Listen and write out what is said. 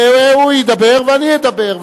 והוא ידבר ואני אדבר,